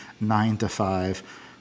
nine-to-five